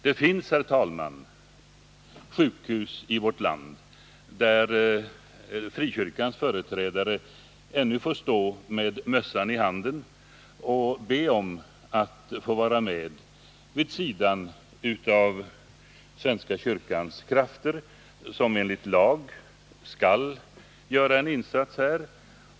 Det finns, herr talman, sjukhus i vårt land där frikyrkans företrädare ännu får stå med mössan i hand och be om att få vara med vid sidan av svenska kyrkans krafter, som enligt lag skall göra en insats här.